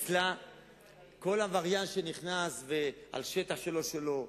אצלה כל עבריין שנכנס לשטח שלא שלו,